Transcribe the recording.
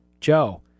Joe